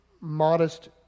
modest